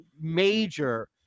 major